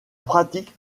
pratique